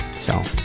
so